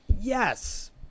Yes